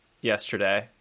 yesterday